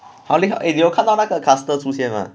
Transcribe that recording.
好厉害 eh 你有看到那个 caster 出现吗